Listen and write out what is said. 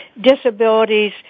disabilities